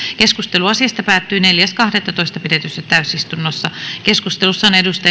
keskustelu asiasta päättyi neljäs kahdettatoista kaksituhattaseitsemäntoista pidetyssä täysistunnossa keskustelussa on